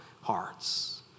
hearts